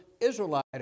Israelite